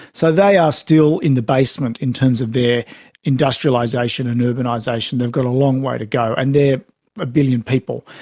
so they are still in the basement in terms of their industrialisation and urbanisation, they've got a long way to go, and they are a billion people.